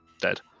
dead